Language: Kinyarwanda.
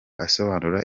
asobanura